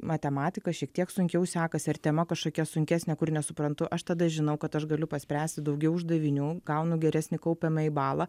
matematika šiek tiek sunkiau sekasi ar tema kažkokia sunkesnė kur nesuprantu aš tada žinau kad aš galiu paspręsti daugiau uždavinių gaunu geresnį kaupiamąjį balą